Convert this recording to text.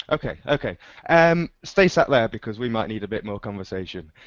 ok ok um stay so out there because we might need a bit more conversation.